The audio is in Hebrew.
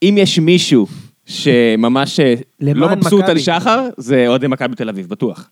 אם יש מישהו שממש לא מבסוט על שחר, זה אוהדי מכבי תל אביב, בטוח.